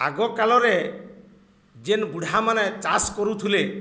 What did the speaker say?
ଆଗକାଳରେ ଯେନ୍ ବୁଢ଼ାମାନେ ଚାଷ୍ କରୁଥିଲେ